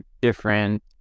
different